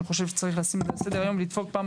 אני חושב שצריך לשים את זה על סדר-היום ולדפוק פעם